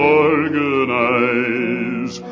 organize